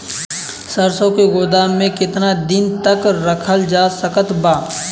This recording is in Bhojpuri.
सरसों के गोदाम में केतना दिन तक रखल जा सकत बा?